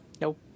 nope